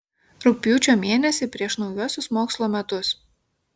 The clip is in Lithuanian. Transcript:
rugpjūčio mėnesį prieš naujuosius mokslo metus